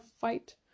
fight